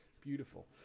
beautiful